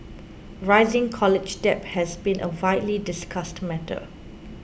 rising college debt has been a widely discussed matter